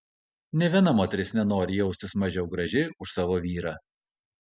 nė viena moteris nenori jaustis mažiau graži už savo vyrą